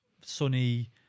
sunny